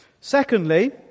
secondly